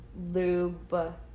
lube